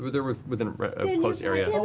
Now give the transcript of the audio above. ah they're within a close area.